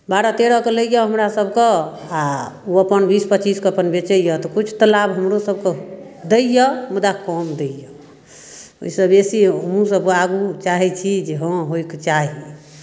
बारह तेरहके लैए हमरासभके आ ओ अपन बीस पच्चीसके अपन बेचैए तऽ किछु तऽ लाभ हमरोसभकेँ दैए मुदा कम दैए ओहिसँ बेसी हमहूँसभ आगू चाहैत छी जे हँ होयके चाही